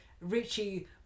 Richie